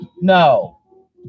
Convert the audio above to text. no